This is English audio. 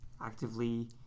actively